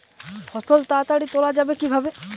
ফসল তাড়াতাড়ি তোলা যাবে কিভাবে?